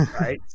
Right